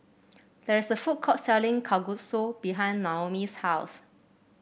there is a food court selling Kalguksu behind Naomi's house